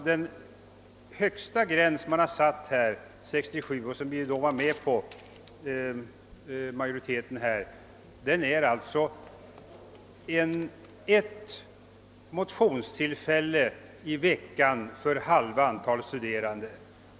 Den högsta gräns man satte 1967 och som riksdagsmajoriteten då var med på är ett motionstillfälle i veckan för halva antalet studerande.